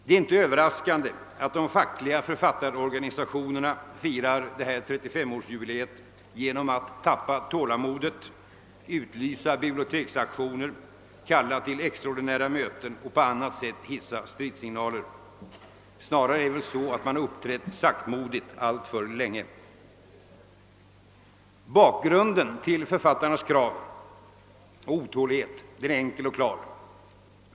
Det är inte överraskande att de fackliga författarorganisationerna firar 35 årsjubileet genom att tappa tålamodet, utlysa biblioteksaktioner, kalla till extraordinära möten och på annat sätt hissa stridssignaler. Snarare är det väl så, att de uppträtt saktmodigt alltför länge. Bakgrunden till författarnas krav och otålighet är enkel och klar.